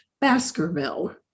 baskerville